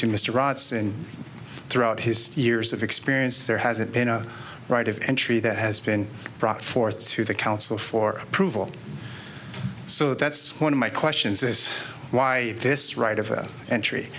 to mr robson throughout his years of experience there hasn't been a right of entry that has been for forth to the council for approval so that's one of my questions is why this right of entry